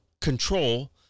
control